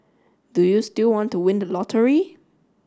do you still want to win the lottery